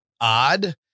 odd